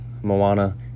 Moana